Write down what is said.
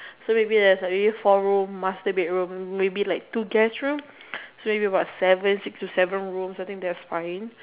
so maybe there's a maybe four room master bed room maybe like two guest room so you have about seven six to seven rooms so I think that's fine